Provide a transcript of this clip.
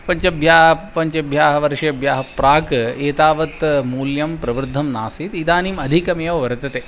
पञ्चभ्यः पञ्चभ्यः वर्षेभ्यः प्राक् एतावत् मूल्यं प्रवृद्धं नासीत् इदानीम् अधिकमेव वर्तते